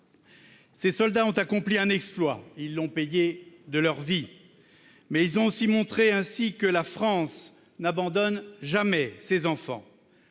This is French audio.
Ces soldats ont accompli un exploit. Ils l'ont payé de leur vie, mais ils ont montré ainsi que la France n'abandonne jamais ses enfants.